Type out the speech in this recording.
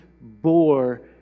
bore